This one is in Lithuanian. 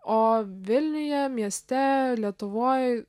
o vilniuje mieste lietuvoj